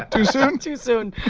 too soon? too soon